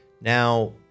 Now